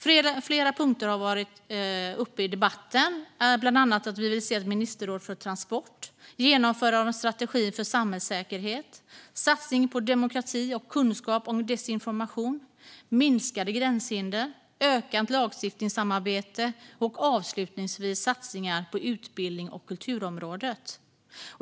Flera punkter har varit uppe i debatten, bland annat att vi vill se ett ministerråd för transport, genomförande av strategin för samhällssäkerhet, satsning på demokrati och kunskap om desinformation, minskade gränshinder, ökat lagstiftningssamarbete samt satsningar på utbildning och kultur.